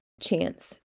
chance